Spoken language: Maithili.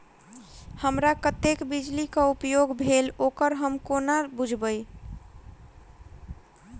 हमरा कत्तेक बिजली कऽ उपयोग भेल ओकर हम कोना बुझबै?